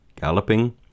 galloping